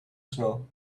snow